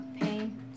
pain